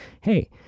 hey